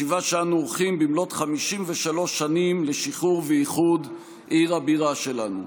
ישיבה שאנו עורכים במלאות 53 שנים לשחרור ואיחוד עיר הבירה שלנו.